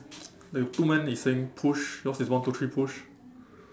the two man is saying push yours is one two three push